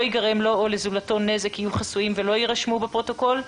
ייגרם לו או לזולתו נזק יהיו חסויים ולא יירשמו בפרוטוקול.